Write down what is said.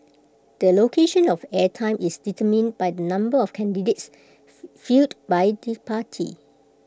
the allocation of air time is determined by the number of candidates fielded by the party